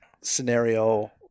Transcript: scenario